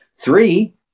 Three